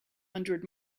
hundred